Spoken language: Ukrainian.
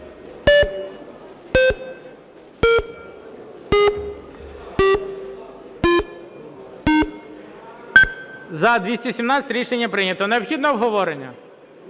За-217 Рішення прийнято. Необхідно обговорення?